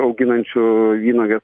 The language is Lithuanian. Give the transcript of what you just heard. auginančių vynuoges